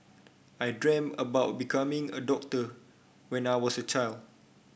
I dream of becoming a doctor when I was a child